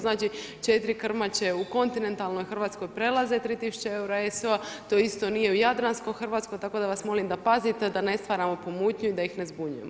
Znači 4 krmače u kontinentalnoj Hrvatskoj prelaze 3000 eura SO, to isto nije u jadranskoj Hrvatskoj, tako da vas molim da pazite, da ne stvaramo pomutnju i da ih ne zbunjujemo.